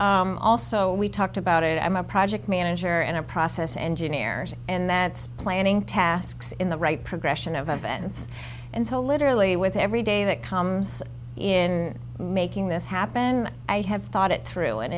think also we talked about it i'm a project manager and a process engineers and that's planning tasks in the right progression of events and so literally with every day that comes in making this happen i have thought it through in